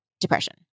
depression